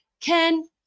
Ken